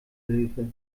hilfe